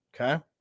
Okay